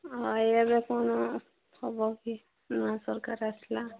ଆଇଲେ ବି କ'ଣ ହେବ କି ନୂଆ ସରକାର ଆସିଲା